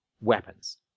weapons